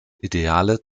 ideale